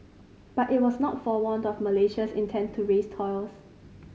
but it was not forewarned of Malaysia's intent to raise tolls